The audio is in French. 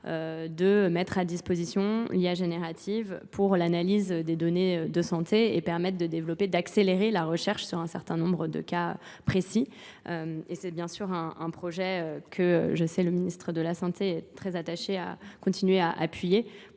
de mettre à disposition l'IAGénérative pour l'analyse des données de santé et permettre d'accélérer la recherche sur un certain nombre de cas précis. Et c'est bien sûr un projet que le ministre de la Santé est très attaché à continuer à appuyer